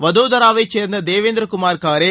வதோதராவைச் சேர்ந்த சேதேவேந்திர சுமார் காரே